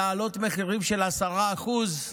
להעלות מחירים של 10%?